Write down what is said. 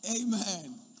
Amen